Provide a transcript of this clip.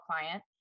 client